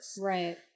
Right